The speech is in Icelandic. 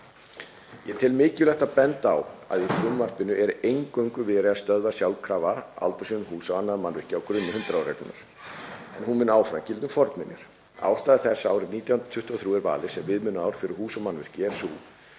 Ég tel mikilvægt að benda á að í frumvarpinu er eingöngu verið að stöðva sjálfkrafa aldursfriðun húsa og annarra mannvirkja á grunni 100 ára reglunnar, en hún mun áfram gilda um fornminjar. Ástæða þess að árið 1923 er valið sem viðmiðunarár fyrir hús og mannvirki er sú